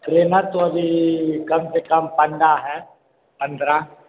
trainer तो अभी कम से कम पंद्रह है पंद्रह